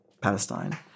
Palestine